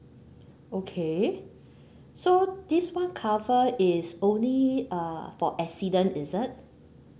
okay so this [one] cover is only uh for accident is it